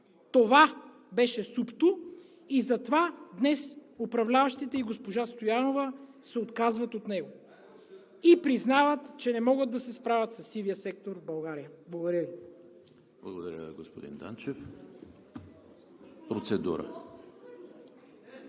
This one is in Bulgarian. това беше СУПТО и затова днес управляващите и госпожа Стоянова се отказват от него (реплики) и признават, че не могат да се справят със сивия сектор в България. Благодаря Ви.